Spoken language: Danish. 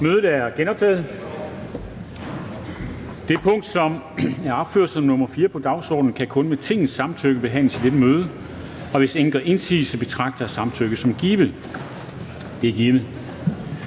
Kristensen): Det sag, som er opført som nr. 4 på dagsordenen, kan kun med Tingets samtykke behandles i dette møde. Hvis ingen gør indsigelse, betragter jeg samtykket som givet. Det er givet.